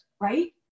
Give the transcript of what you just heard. right